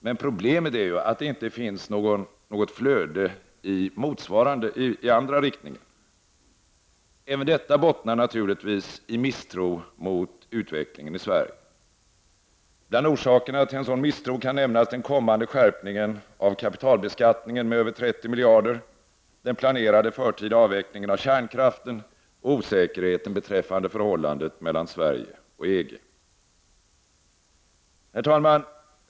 Men problemet är att det inte förekommer något motsvarande flöde i den andra riktningen. Även detta bottnar naturligtvis i misstro mot utvecklingen i Sverige. Bland orsakerna till en sådan misstro kan nämnas den kommande skärpningen av kapitalbeskattningen med över 30 miljarder, den planerade förtida avvecklingen av kärnkraften och osäkerheten beträffande förhållandet mellan Sverige och EG. Herr talman!